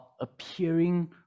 appearing